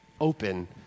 open